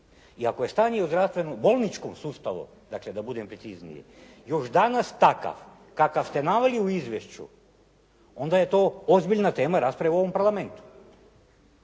I ako je stanje u zdravstvenom bolničkom sustavu, dakle da budem precizniji, još danas takav kakav ste naveli u izvješću, onda je to ozbiljna tema rasprave u ovom Parlamentu.